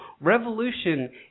revolution